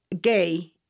gay